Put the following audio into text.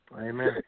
Amen